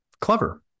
clever